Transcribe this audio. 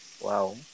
Wow